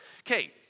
Okay